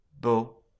Bo